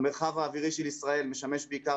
המרחב האווירי של ישראל משמש בעיקר